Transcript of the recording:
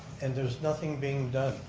and there's nothing being done.